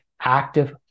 active